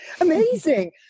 amazing